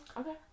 Okay